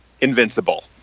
invincible